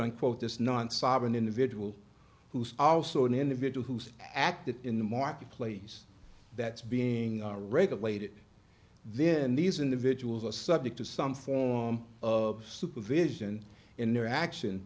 unquote this non sovereign individual who's also an individual who's active in the marketplace that's being regulated then these individuals are subject to some form of supervision interaction